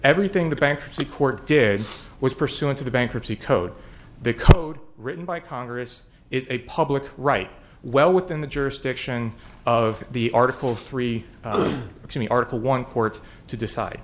everything the bankruptcy court did was pursuant to the bankruptcy code because written by congress is a public right well within the jurisdiction of the article three which in article one court to decide